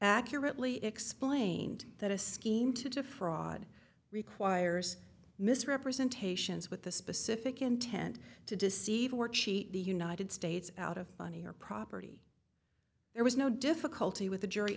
accurately explained that a scheme to defraud requires misrepresentations with the specific intent to deceive or cheat the united states out of money or property there was no difficulty with the jury